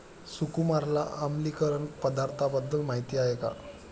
सुकुमारला आम्लीकरण पदार्थांबद्दल माहिती आहे का?